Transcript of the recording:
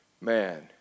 man